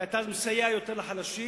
כי אתה מסייע יותר לחלשים.